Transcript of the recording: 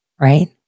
right